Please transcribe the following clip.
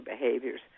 Behaviors